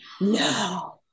No